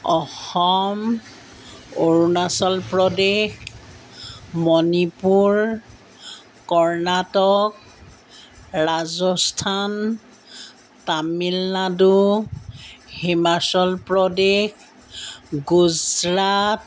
Assam Arunachal Pradesh Manipur Karnataka Rajasthan Tamil Nadu Himachal Pradesh Gujarat